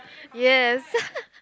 yes